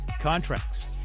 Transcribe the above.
contracts